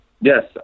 Yes